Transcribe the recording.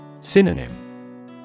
Synonym